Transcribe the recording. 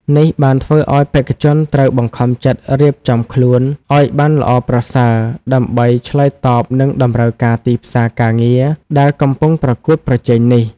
នេះបានធ្វើឲ្យបេក្ខជនត្រូវបង្ខំចិត្តរៀបចំខ្លួនឲ្យបានល្អប្រសើរ ដើម្បីឆ្លើយតបនឹងតម្រូវការទីផ្សារការងារដែលកំពុងប្រកួតប្រជែងនេះ។